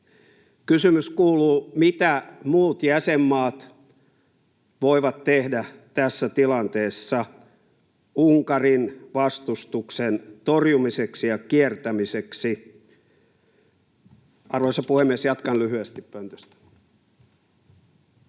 Kysymys kuuluu: Mitä muut jäsenmaat voivat tehdä tässä tilanteessa Unkarin vastustuksen torjumiseksi ja kiertämiseksi? — Arvoisa puhemies! Jatkan lyhyesti pöntöstä.